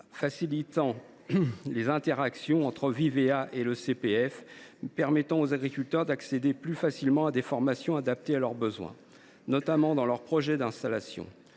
Vivea et le compte personnel de formation (CPF), permettant aux agriculteurs d’accéder plus facilement à des formations adaptées à leurs besoins, notamment dans leurs projets d’installation.